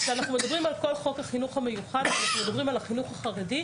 כשאנחנו מדברים על כל חוק החינוך המיוחד ואנחנו מדברים על החינוך החרדי,